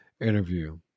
interview